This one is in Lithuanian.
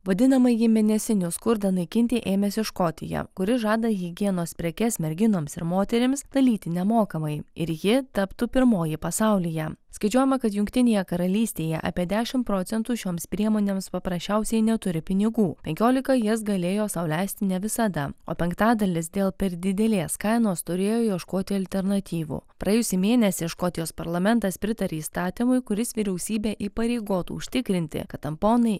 vadinamąjį mėnesinio skurdą naikinti ėmėsi škotija kuri žada higienos prekes merginoms ir moterims dalyti nemokamai ir ji taptų pirmoji pasaulyje skaičiuojama kad jungtinėje karalystėje apie dešimt procentų šioms priemonėms paprasčiausiai neturi pinigų penkiolika jas galėjo sau leisti ne visada o penktadalis dėl per didelės kainos turėjo ieškoti alternatyvų praėjusį mėnesį škotijos parlamentas pritarė įstatymui kuris vyriausybę įpareigotų užtikrinti kad tamponai